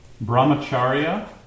Brahmacharya